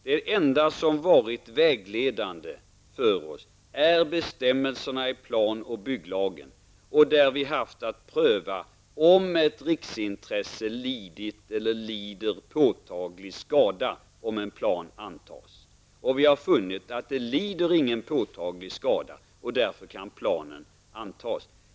Det enda som varit vägledande för oss är bestämmelserna i plan och bygglagen, varvid vi haft att pröva om ett riksintresse lider påtaglig skada, om en plan antas. Vi har funnit att det här inte lider någon påtaglig skada och att planen därför kan antas.